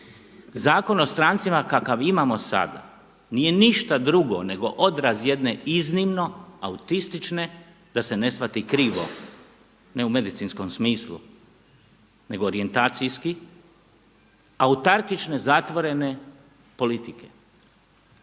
Zakon o strancima kakav imamo sada nije ništa drugo nego odraz jedne iznimno autistične da se ne shvati krivo, ne u medicinskom smislu nego orijentacijski, autarkične, zatvorene politike.